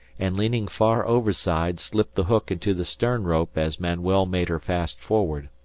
and, leaning far overside, slipped the hook into the stern-rope as manuel made her fast forward.